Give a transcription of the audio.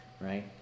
right